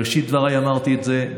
בראשית דבריי אמרתי את זה,